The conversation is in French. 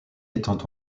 étant